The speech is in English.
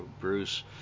Bruce